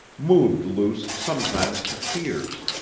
moved luce sometimes to tears.